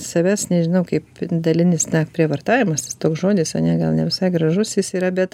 savęs nežinau kaip dalinis prievartavimas toks žodis ane gal ne visai gražus jis yra bet